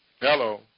Hello